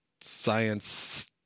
science